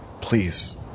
please